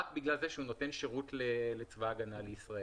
רק בגלל זה שהוא נותן שירות לצבא הגנה לישראל.